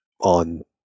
on